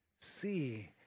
See